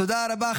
תודה רבה.